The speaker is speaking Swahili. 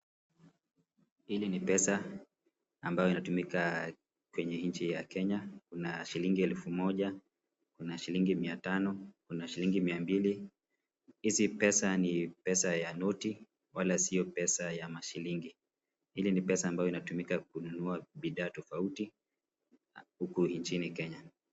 Hii ni pesa ambayo inatumika kwenye nchi ya Kenya. Kuna shilingi elfu moja, kuna shilingi mia tano, kuna shilingi mia mbili. Hizi pesa ni pesa ya noti wala sio pesa ya mashilingi. Hili ni pesa ambayo inatumika kununua bidhaa tofauti huku nchini Kenya.